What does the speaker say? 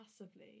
passively